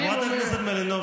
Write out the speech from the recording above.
אני מודיע כאן מעל הדוכן,